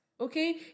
okay